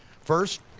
first,